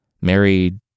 Married